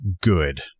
good